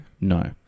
No